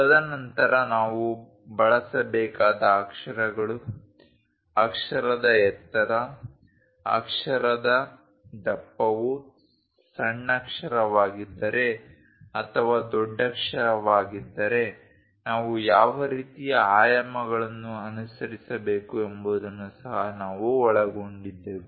ತದನಂತರ ನಾವು ಬಳಸಬೇಕಾದ ಅಕ್ಷರಗಳು ಅಕ್ಷರದ ಎತ್ತರ ಅಕ್ಷರದ ದಪ್ಪವು ಸಣ್ಣಕ್ಷರವಾಗಿದ್ದರೆ ಅಥವಾ ದೊಡ್ಡಕ್ಷರವಾಗಿದ್ದರೆ ನಾವು ಯಾವ ರೀತಿಯ ಆಯಾಮಗಳನ್ನು ಅನುಸರಿಸಬೇಕು ಎಂಬುದನ್ನು ಸಹ ನಾವು ಒಳಗೊಂಡಿದ್ದೆವು